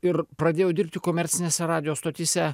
ir pradėjau dirbti komercinėse radijo stotyse